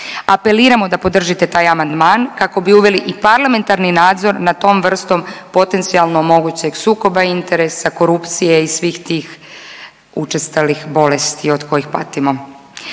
Apeliramo da podržite taj amandman kako bi uveli i parlamentarni nadzor nad tom vrstom potencijalno mogućeg sukoba interesa, korupcije i svih tih učestalih bolesti od kojih patimo.